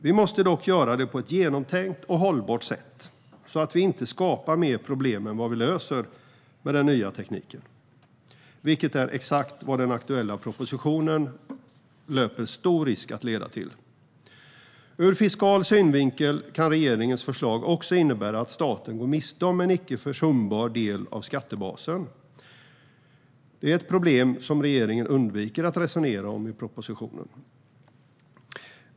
Vi måste dock göra det på ett genomtänkt och hållbart sätt, så att vi inte skapar fler problem än vad vi löser med den nya tekniken, vilket är exakt vad den aktuella propositionen löper stor risk att leda till. Ur fiskal synvinkel kan regeringens förslag också innebära att staten går miste om en icke försumbar del av skattebasen. Det är ett problem som regeringen undviker att resonera om i propositionen.